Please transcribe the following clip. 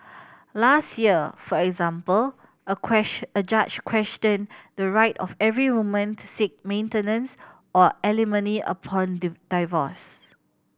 last year for example a a judge questioned the right of every woman to seek maintenance or alimony upon the divorce